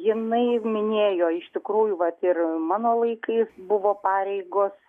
jinai minėjo iš tikrųjų vat ir mano laikais buvo pareigos